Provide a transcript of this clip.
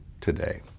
today